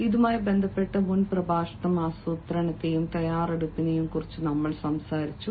ഇതുമായി ബന്ധപ്പെട്ട് മുൻ പ്രഭാഷണം ആസൂത്രണത്തെയും തയ്യാറെടുപ്പിനെയും കുറിച്ച് സംസാരിച്ചു